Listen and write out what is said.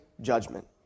judgment